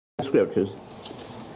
scriptures